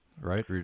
right